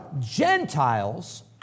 Gentiles